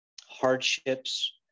hardships